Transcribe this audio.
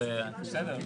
בסדר.